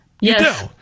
yes